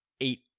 Eight